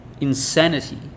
insanity